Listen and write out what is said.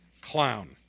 clown